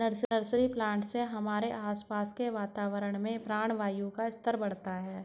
nursery plant से हमारे आसपास के वातावरण में प्राणवायु का स्तर बढ़ता है